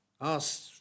asked